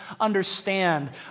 understand